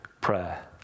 prayer